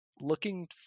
looking